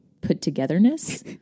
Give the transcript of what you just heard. put-togetherness